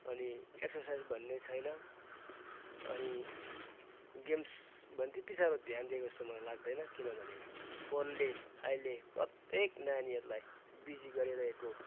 अनि एक्सर्साइज भन्ने छैन अनि गेम्स भन त्यती साह्रो ध्यान दिएको जस्तो मलाई लाग्दैन किनभने फोनले अहिले प्रत्येक नानीहरूलाई बिजी गरिरहेको